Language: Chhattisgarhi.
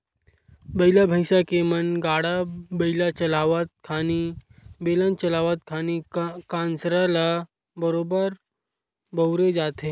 बइला भइसा के म गाड़ा बइला चलावत खानी, बेलन चलावत खानी कांसरा ल बरोबर बउरे जाथे